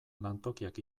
lantokiak